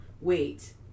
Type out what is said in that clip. wait